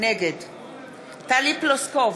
נגד טלי פלוסקוב,